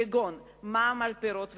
כגון מע"מ על פירות וירקות,